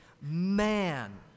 man